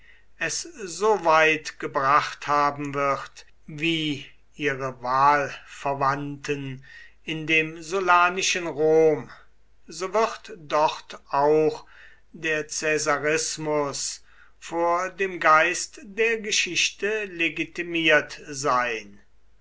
es so weit gebracht haben wird wie ihre wahlverwandten in dem sullanischen rom so wird dort auch der caesarismus vor dem geist der geschichte legitimiert sein